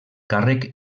càrrec